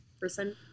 person